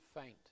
faint